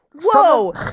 whoa